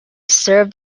served